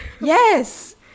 Yes